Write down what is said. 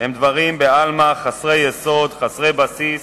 הם דברים בעלמא, חסרי יסוד, חסרי בסיס,